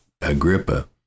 Agrippa